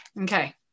Okay